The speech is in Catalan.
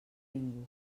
ningú